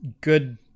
good